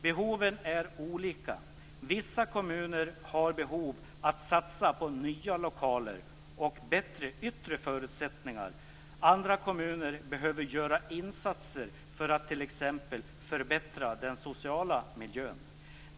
Behoven är olika. Vissa kommuner har behov av att satsa på nya lokaler och bättre yttre förutsättningar. Andra kommuner behöver göra insatser för att t.ex. förbättra den sociala miljön.